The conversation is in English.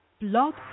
Blog